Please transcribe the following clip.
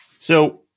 so,